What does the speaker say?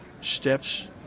steps